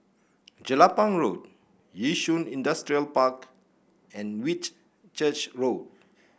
Jelapang Road Yishun Industrial Park and Whitchurch Road